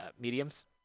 mediums